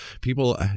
People